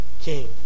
king